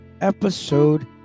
episode